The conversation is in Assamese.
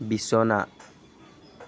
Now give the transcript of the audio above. বিছনা